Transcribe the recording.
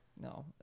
No